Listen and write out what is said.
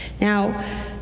Now